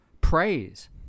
praise